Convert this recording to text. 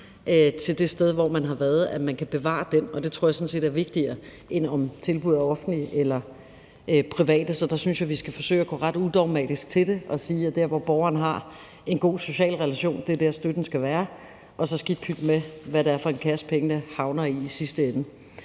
til det sted, hvor man har været, og det tror jeg sådan set er vigtigere, end om tilbuddet er offentligt eller privat. Så der synes jeg, at vi skal forsøge at gå ret udogmatisk til det og sige, at dér, hvor borgeren har en god social relation, er dér, støtten skal være, og så skidt pyt med, hvad det er for en kasse, pengene havner i i sidste ende.